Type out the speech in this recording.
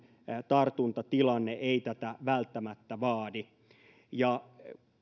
tartuntatilanne ei tätä välttämättä vaadi